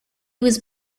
was